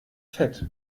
fett